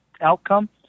outcome